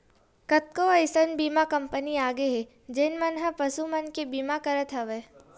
कतको अइसन बीमा कंपनी आगे हे जेन मन ह पसु मन के बीमा करत हवय